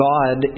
God